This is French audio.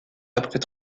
après